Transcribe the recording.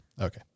Okay